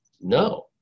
no